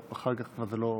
אחר כך כבר לא.